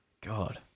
God